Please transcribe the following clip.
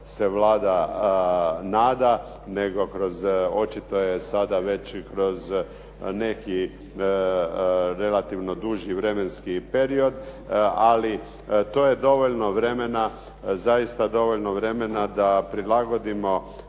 se Vlada nada, nego kroz očito je sada već, kroz neki relativno duži vremenski period, ali to je dovoljno vremena zaista dovoljno vremena da prilagodimo